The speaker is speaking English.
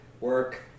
Work